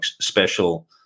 special